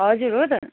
हजुर हो त